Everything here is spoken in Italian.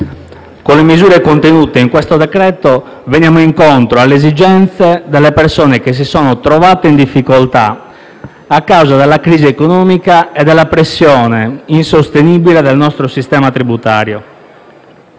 con le misure contenute nel decreto-legge in esame veniamo incontro alle esigenze delle persone che si sono trovate in difficoltà a causa della crisi economica e della pressione insostenibile del nostro sistema tributario.